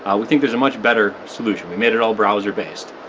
ah we think there's a much better solution, we made it all browser-based.